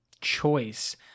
choice